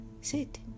Sit